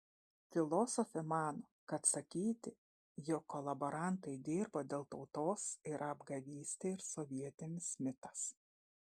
filosofė mano kad sakyti jog kolaborantai dirbo dėl tautos yra apgavystė ir sovietinis mitas